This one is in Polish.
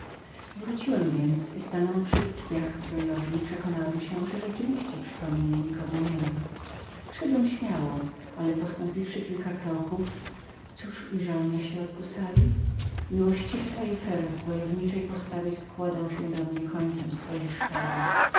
wróciłem więc i stanąwszy we drzwiach zbrojowni przekonałem się że rzeczywiście nikogo nie było przy kominie wszedłem śmiało ale postąpiwszy kilka kroków cóż ujrzałem na środku zbrojowni miłościwy taille fer w wojowniczej postawie składał się do mnie końcem swojej szpady